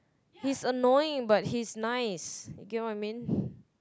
he's annoying but he's nice you get what I mean